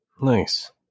Nice